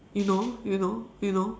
you know you know you know